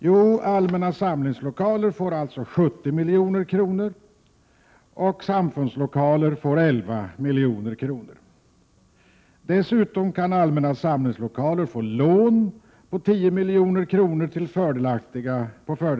Jo, allmänna samlingslokaler får 70 milj.kr. och samfundslokaler får 11 miljoner. Dessutom kan allmänna samlingslokaler få lån på 10 milj.kr. på fördelaktiga villkor.